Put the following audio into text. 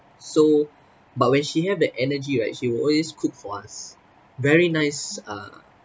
so but when she have the energy right she will always cook for us very nice uh